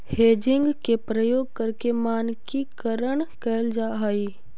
hedging के प्रयोग करके मानकीकरण कैल जा हई